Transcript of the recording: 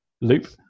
loop